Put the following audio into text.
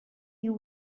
you